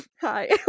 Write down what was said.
Hi